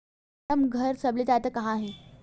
form घर सबले जादा कहां हे